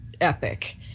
epic